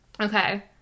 Okay